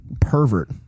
pervert